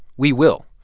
we will.